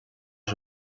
方式